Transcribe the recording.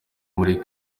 muri